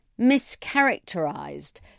mischaracterized